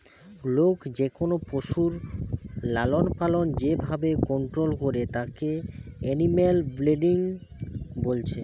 লোক যেকোনো পশুর লালনপালন যে ভাবে কন্টোল করে তাকে এনিম্যাল ব্রিডিং বলছে